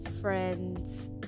friends